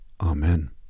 Amen